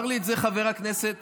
חבר הכנסת